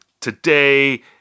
Today